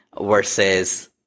versus